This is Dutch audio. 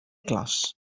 klas